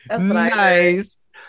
Nice